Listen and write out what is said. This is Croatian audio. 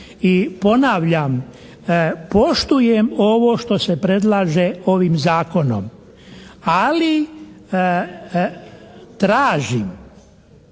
I ponavljam poštujem ovo što se predlaže ovim Zakonom, ali tražim